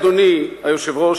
אדוני היושב-ראש,